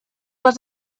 was